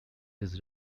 his